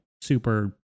super